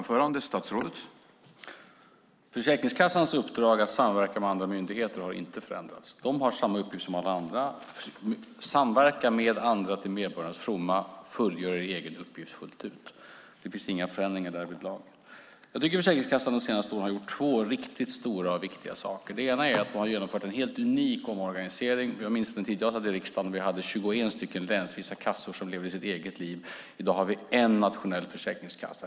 Herr talman! Försäkringskassans uppdrag att samverka med andra myndigheter har inte förändrats. De har samma uppgift som alla andra att samverka med andra till medborgarnas fromma och fullgöra egen uppgift fullt ut. Det finns inga förändringar därvidlag. Jag tycker att Försäkringskassan under de senaste åren gjort två riktigt stora och viktiga saker. Det ena är att de har genomfört en helt unik omorganisering. Jag minns från den tid jag satt i riksdagen att vi hade 21 länsvisa kassor som levde sitt eget liv. I dag har vi en nationell försäkringskassa.